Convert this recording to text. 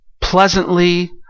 pleasantly